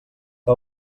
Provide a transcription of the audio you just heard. que